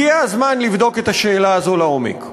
הגיע הזמן לבדוק את השאלה הזאת לעומק.